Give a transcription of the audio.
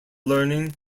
learning